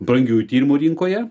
brangiųjų tyrimų rinkoje